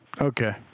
Okay